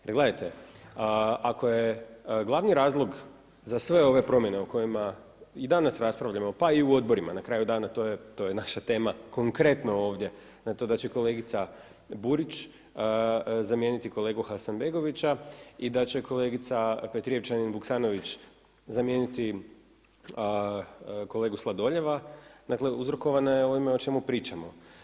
Jer gledajte, ako je glavni razlog za sve ove promjene i kojima i danas raspravljamo pa i u odborima, na kraju dana to je naša tema konkretno ovdje, to da će kolegica Burić zamijeniti kolegu Hasanbegovića i da će kolegica Petrijevčanin Vuksanović zamijeniti kolegu Sladoljeva, dakle uzrkovana je ovima o čemu pričamo.